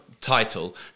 title